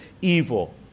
evil